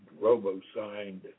robo-signed